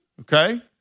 Okay